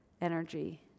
energy